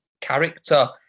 character